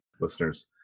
listeners